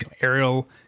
aerial